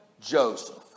joseph